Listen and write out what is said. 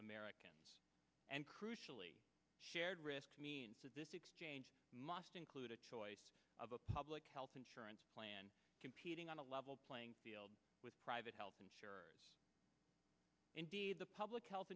americans and crucially shared risk means that this exchange must include a choice of a public health insurance plan competing on a level playing field with private health insurers indeed the public health